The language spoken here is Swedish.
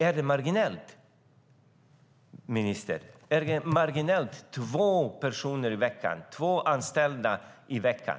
Är det marginellt, ministern, med två personer - två anställda - i veckan?